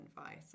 advice